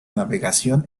navegación